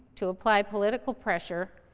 to apply political pressure,